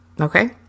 Okay